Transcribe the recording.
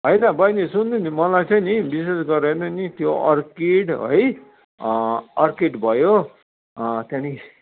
हैन बहिनी सुन्नु नि मलाई चाहिँ नि विशेष गरेर नि त्यो अर्किड है अर्किड भयो त्यहाँदेखि